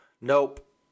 Nope